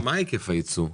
מה היקף הייצוא?